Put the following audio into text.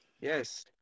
Yes